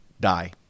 die